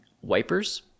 wipers